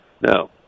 No